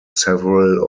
several